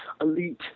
elite